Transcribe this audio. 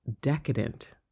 decadent